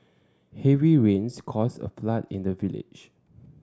heavy rains caused a flood in the village